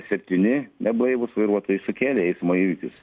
septyni neblaivūs vairuotojai sukėlė eismo įvykius